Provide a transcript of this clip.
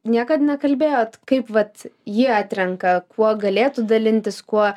niekad nekalbėjot kaip vat ji atrenka kuo galėtų dalintis kuo